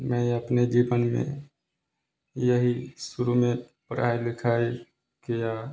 मैं अपने जीवन में यहीं शुरू में पढ़ाई लिखाई किया